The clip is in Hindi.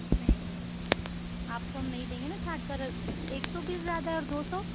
नहीं नहीं आप को हम नहीं देंगे न छाँट कर एक सौ बीस ज़्यादा है और दो सौ